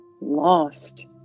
Lost